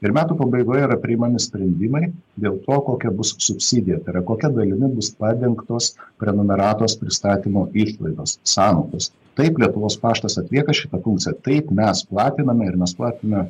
ir metų pabaigoje yra priimami sprendimai dėl to kokia bus subsidija tai yra kokia dalimi bus padengtos prenumeratos pristatymo išlaidos sąnaudos taip lietuvos paštas atlieka šitą funkciją taip mes platiname ir ir mes platime